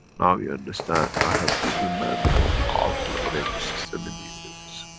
now you understand, i have give the man the most powerful energy system in the universe.